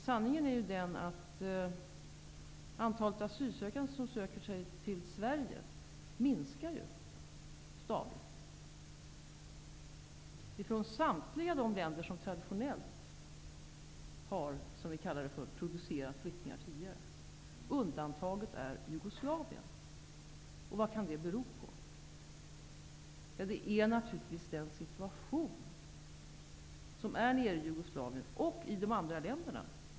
Sanningen är ju den, att antalet asylsökande som söker sig till Sverige stadigt minskar från samtliga de länder som tidigare traditionellt har Jugoslavien är undantaget. Vad kan det bero på? Naturligtvis beror det på den situation som råder i Jugoslavien och i de andra länderna.